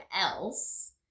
else